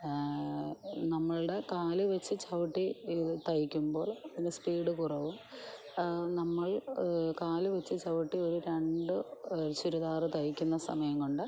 നമ്മുടെ കാൽ വെച്ച് ചവിട്ടി ഇത് തയ്ക്കുമ്പോൾ ഇത് സ്പീഡ് കുറവും നമ്മൾ കാൽ വെച്ച് ചവിട്ടി ഒരു രണ്ട് ചുരിദാർ തയ്ക്കുന്ന സമയം കൊണ്ട്